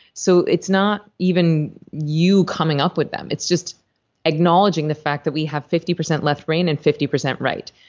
so it's not even you coming up with them. it's just acknowledging the fact that we have fifty percent left brain and fifty percent right,